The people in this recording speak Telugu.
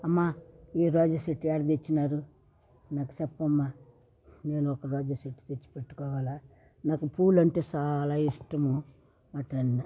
అమ్మ ఈ రోజా చెట్టు యాడ తెచ్చినారు నాకుచెప్పమ్మ నేను ఒక రోజా చెట్టు తెచ్చి పెట్టుకోవాలా నాకు పూలంటే చాలా ఇష్టము అట్టన్న